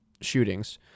shootings